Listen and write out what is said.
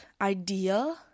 idea